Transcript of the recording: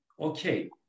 okay